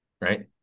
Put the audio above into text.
right